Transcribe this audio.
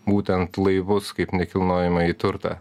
būtent laivus kaip nekilnojamąjį turtą